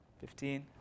Fifteen